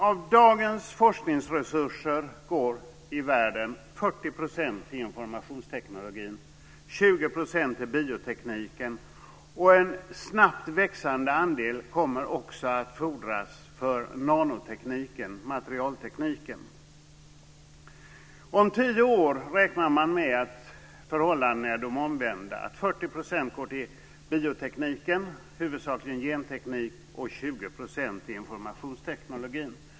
Av dagens forskningsresurser i världen går 40 % till informationstekniken och 20 % till biotekniken, och en snabbt växande andel kommer också att krävas för nanotekniken, dvs. materialtekniken. Man räknar med att förhållandena kommer att vara omvända om tio år. 40 % kommer att gå till biotekniken, huvudsakligen genteknik, och 20 % till informationstekniken.